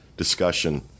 Discussion